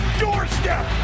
doorstep